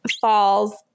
falls